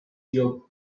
your